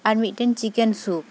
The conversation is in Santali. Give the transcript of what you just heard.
ᱟᱨ ᱢᱤᱫᱴᱮᱱ ᱪᱤᱠᱮᱱ ᱥᱩᱯ